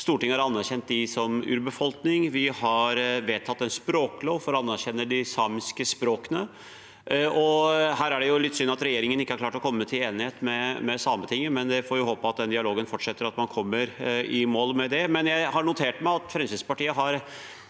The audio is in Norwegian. Stortinget har anerkjent samer som urbefolkning. Vi har vedtatt en språklov for å anerkjenne de samiske språkene. Her er det litt synd at regjeringen ikke har klart å komme til enighet med Sametinget, men vi får håpe at den dialogen fortsetter, og at man kommer i mål med det. Jeg har notert meg at Frem